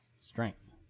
strength